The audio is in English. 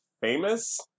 famous